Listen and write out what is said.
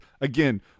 again